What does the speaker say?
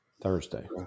Thursday